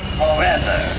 ...forever